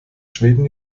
schweden